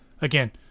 again